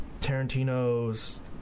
Tarantino's